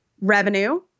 revenue